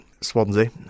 Swansea